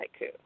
haiku